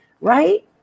Right